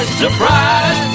surprise